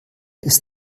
wird